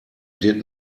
did